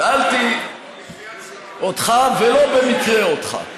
שאלתי אותך, ולא במקרה אותך,